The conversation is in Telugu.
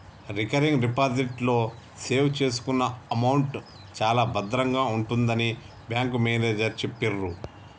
రికరింగ్ డిపాజిట్ లో సేవ్ చేసుకున్న అమౌంట్ చాలా భద్రంగా ఉంటుందని బ్యాంకు మేనేజరు చెప్పిర్రు